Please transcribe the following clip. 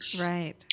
right